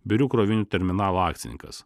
birių krovinių terminalo akcininkas